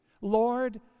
Lord